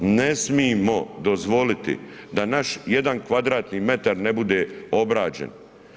Ne smijemo dozvoliti da naš jedan kvadratni metar ne bude obrađen.